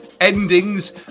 endings